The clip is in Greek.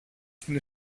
στην